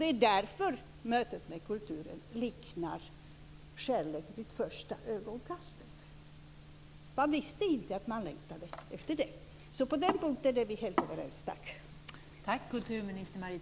Det är därför som mötet med kulturen liknar kärlek vid första ögonkastet. Så på den punkten är vi helt överens.